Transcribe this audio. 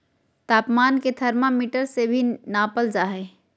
तापमान के थर्मामीटर से भी नापल जा हइ